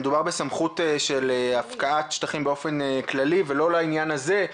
מדובר בסמכות של הפקעת שטחים באופן כללי ולא לעניין הזה.